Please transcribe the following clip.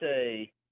say